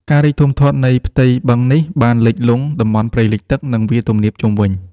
ការរីកធំធាត់នៃផ្ទៃបឹងនេះបានលិចលង់តំបន់ព្រៃលិចទឹក និងវាលទំនាបជុំវិញ។